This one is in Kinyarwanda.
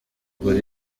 kugura